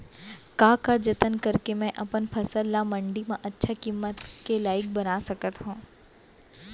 का का जतन करके मैं अपन फसल ला मण्डी मा अच्छा किम्मत के लाइक बना सकत हव?